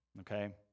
okay